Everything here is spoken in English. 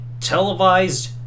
televised